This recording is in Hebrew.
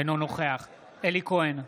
אינו נוכח אלי כהן,